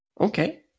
okay